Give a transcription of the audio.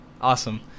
Awesome